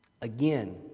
Again